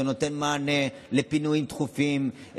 שנותן מענה לפינויים דחופים,